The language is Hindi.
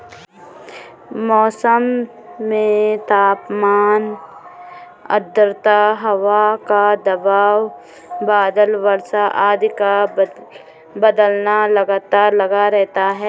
मौसम में तापमान आद्रता हवा का दबाव बादल वर्षा आदि का बदलना लगातार लगा रहता है